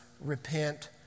repent